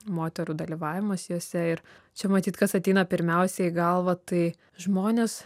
moterų dalyvavimas juose ir čia matyt kas ateina pirmiausia į galvą tai žmonės